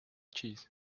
cheese